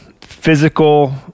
physical